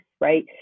right